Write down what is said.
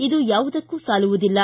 ಇದು ಯಾವುದಕ್ಕೂ ಸಾಲುವುದಿಲ್ಲ